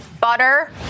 butter